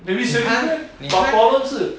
你看你看